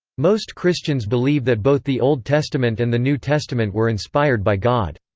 most christians believe that both the old testament and the new testament were inspired by god.